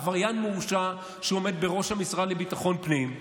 עבריין מורשע שעומד בראש המשרד לביטחון פנים,